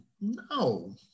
no